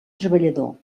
treballador